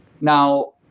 now